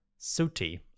Suti